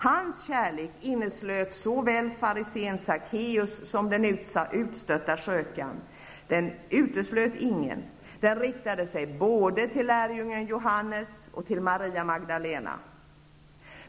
Hans kärlek inneslöt såväl farisén Sackeus som den utstötta skökan, den uteslöt ingen. Den riktade sig både till Johannes och till Maria Magdalena.